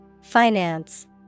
Finance